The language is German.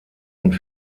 und